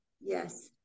Yes